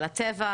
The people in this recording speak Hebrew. על הטבע,